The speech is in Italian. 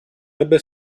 ebbe